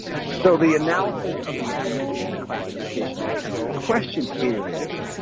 so the analysis of the accuracy of the classification and count. the question here is,